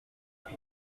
pour